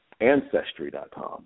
Ancestry.com